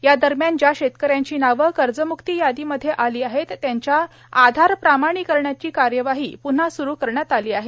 यादरम्यान ज्या शेतक यांची नावे कर्जम्क्ती यादीमध्ये आली आहेत त्यांच्या आधार प्रमाणिकरणाची कार्यवाही प्न्हा स्रु करण्यात आली आहे